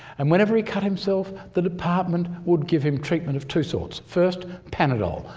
and whenever he cut himself the department would give him treatment of two sorts first, panadol,